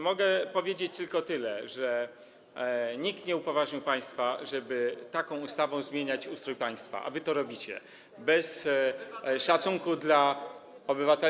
Mogę powiedzieć tylko tyle, że nikt nie upoważnił państwa, żeby taką ustawą zmieniać ustrój państwa, a wy to robicie bez szacunku dla obywateli.